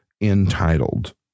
entitled